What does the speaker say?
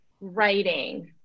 writing